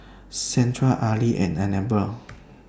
Shandra Arly and Anabel